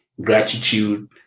gratitude